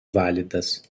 válidas